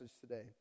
today